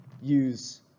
use